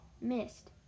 missed